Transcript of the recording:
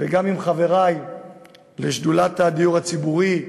וגם חברי לשדולת הדיור הציבורי,